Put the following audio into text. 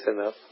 enough